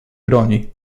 broni